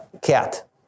cat